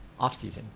offseason